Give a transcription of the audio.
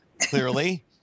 clearly